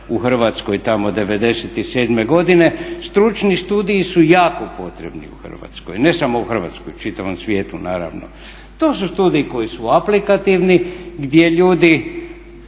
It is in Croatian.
u Hrvatskoj tamo '97. godine. Stručni studiji su jako potrebni u Hrvatskoj, ne samo u Hrvatskoj, u čitavom svijetu naravno. To su studiji koji su aplikativni, gdje ljudi